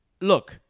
Look